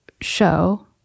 show